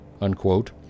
unquote